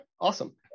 awesome